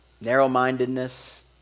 narrow-mindedness